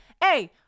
Hey